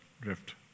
Drift